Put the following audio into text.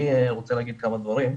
אני רוצה להגיד כמה דברים.